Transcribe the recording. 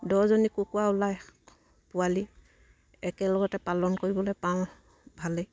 দহজনী কুকুৰা ওলাই পোৱালি একেলগতে পালন কৰিবলে পাওঁ ভালেই